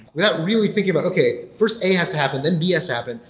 without really thinking about, okay. first, a has to happen, then b has to happen,